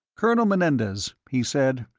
colonel menendez, he said,